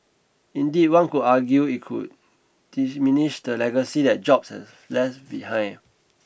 indeed one could argue it would the legacy that Jobs has left behind